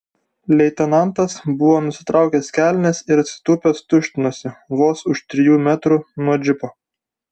leitenantas buvo nusitraukęs kelnes ir atsitūpęs tuštinosi vos už trijų metrų nuo džipo